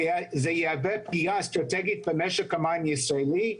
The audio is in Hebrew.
זה יהווה פגיעה אסטרטגית למשק המים הישראלי,